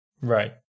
Right